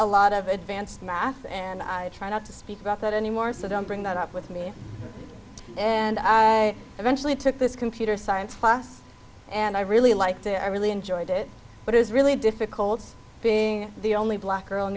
a lot of advanced math and i try not to speak about that anymore so don't bring that up with me and i eventually took this computer science class and i really liked it i really enjoyed it but it was really difficult being the only black girl in